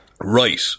right